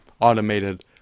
automated